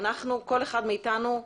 כל אחד מאתנו,